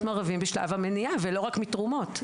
מעורבים בשלב המניעה' ולא רק מתרומות.